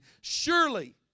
surely